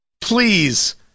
Please